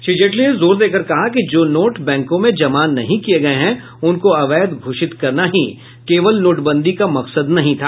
श्री जेटली ने जोर देकर कहा कि जो नोट बैंकों में जमा नहीं किये गये हैं उनको अवैध घोषित करना ही केवल नोटबंदी का मकसद नहीं था